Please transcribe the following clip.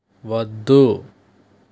వద్దు